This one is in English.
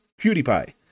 PewDiePie